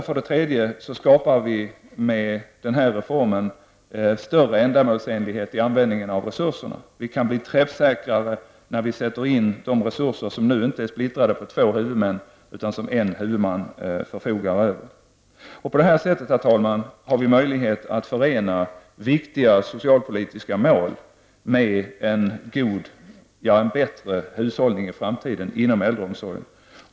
För det tredje skapar vi med den här reformen större ändamålsenlighet i användningen av resurserna. Vi kan bli träffsäkrare när vi sätter in resurser som inte är splittrade på två huvudmän utan som en huvudman förfogar över. På det här sättet, herr talman, har vi möjlighet att förena viktiga socialpolitiska mål med en bättre hushållning i framtiden inom äldreomsorgen.